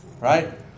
right